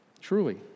Truly